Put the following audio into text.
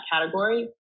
category